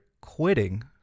quitting